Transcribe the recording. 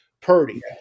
Purdy